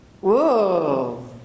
Whoa